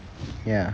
ya